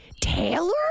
Taylor